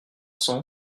cent